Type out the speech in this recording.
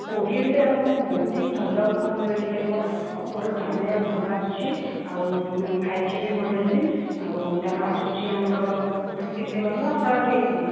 ଆଉ କୋଡ଼ିଏ ଭିତରେ ଆପଣଙ୍କୁ ବହୁତ ହି ଭଲ ଫୋନ୍ ମିଳିପାରିବ ଓପୋର କ୍ୟାମେରା ଭଲ ଆସୁଛି ଆଉ ଫାଇଭ୍ ଜି ବି ମଡ଼େଲ୍ ବି ଆଉ ତା'ର ଆସୁଛି ଆମର କେତେ କହିଲ ଶହେ ଅଠେଇଶ ଜି ବି